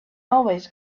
always